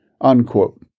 unquote